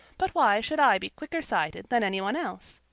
but why should i be quicker-sighted than anyone else?